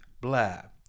Blair